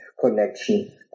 connection